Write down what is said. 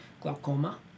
glaucoma